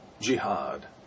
jihad